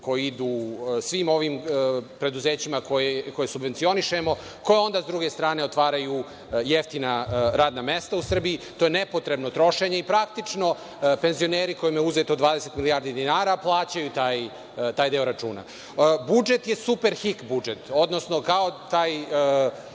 koje idu svim ovim preduzećima koje subvencionišemo, koje onda, s druge strane, otvaraju jeftina radna mesta u Srbiji. To je nepotrebno trošenje i, praktično, penzioneri, kojima je uzeto 20 milijardi dinara, plaćaju taj deo računa. Budžet je Superhik budžet, odnosno kao taj